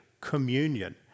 communion